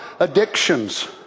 Addictions